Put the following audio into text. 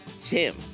Tim